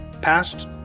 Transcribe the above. past